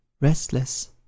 restless